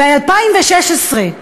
במרס 2016,